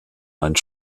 einen